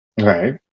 Right